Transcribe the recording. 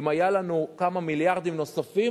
אם היו לנו כמה מיליארדים נוספים,